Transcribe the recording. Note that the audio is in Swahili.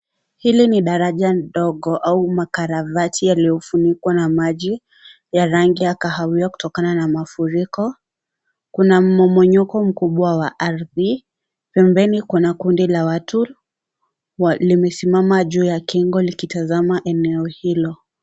Hilinni daraja ndogo au karabati yaliyofunikwa na maji ya rangi ya kahawia kutokana na mafuriko . Kuna momonyoko mkubwa wa ardhi pempeni kuna kundi la watu wesimma juu ya kingo likitazama eneo hilo.